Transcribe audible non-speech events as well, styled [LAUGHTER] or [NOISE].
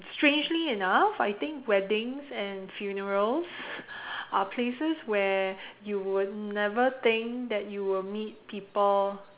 strangely enough I think weddings and funerals [LAUGHS] are places where you would never think that you would meet people